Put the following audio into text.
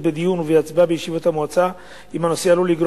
בדיון ובהצבעה בישיבות המועצה אם הנושא עלול לגרום